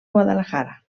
guadalajara